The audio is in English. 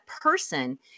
person